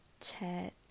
chat